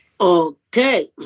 Okay